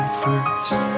first